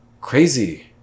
crazy